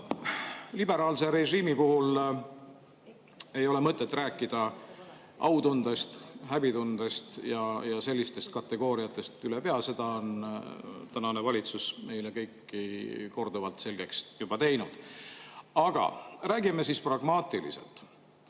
tänan. Liberaalse režiimi puhul ei ole mõtet rääkida autundest, häbitundest ja sellistest kategooriatest ülepea, seda on tänane valitsus meile juba korduvalt selgeks teinud. Aga räägime siis pragmaatiliselt.